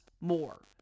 more